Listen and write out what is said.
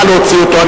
נא להוציא אותו.